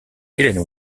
helen